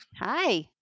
Hi